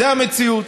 זו המציאות.